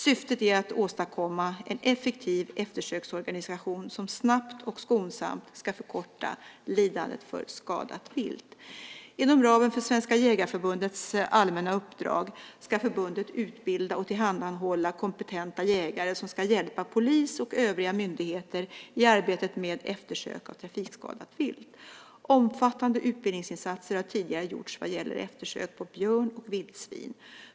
Syftet är att åstadkomma en effektiv eftersöksorganisation som snabbt och skonsamt ska förkorta lidandet för skadat vilt. Inom ramen för Svenska Jägareförbundets allmänna uppdrag ska förbundet utbilda och tillhandahålla kompetenta jägare som ska hjälpa polis och övriga myndigheter i arbetet med eftersök av trafikskadat vilt. Omfattande utbildningsinsatser har tidigare gjorts vad gäller eftersök på björn och vildsvin.